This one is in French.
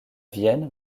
vienne